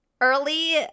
early